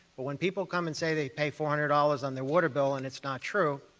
but when people come and say they pay four hundred dollars on their water bill and it's not true,